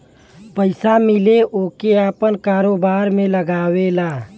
पइसा मिले ओके आपन कारोबार में लगावेला